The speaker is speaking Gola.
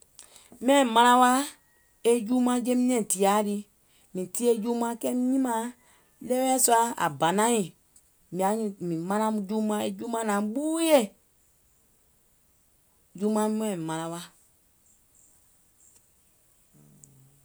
Miàŋ manaŋ wa e juumuaŋ jeim nɛ̀ŋ tìyaà lii, mìŋ tiye juumuaŋ kɛɛim nyimȧȧŋ ɗeweɛ̀ sɔa àŋ banȧiŋ, mìŋ manaŋ juumuaŋ, juumuaŋ naŋ ɓuuyè. Juumuaŋ nɔŋ manaŋ wa.